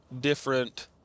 different